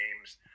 games